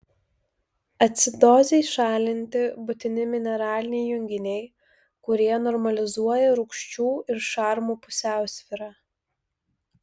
acidozei šalinti būtini mineraliniai junginiai kurie normalizuoja rūgščių ir šarmų pusiausvyrą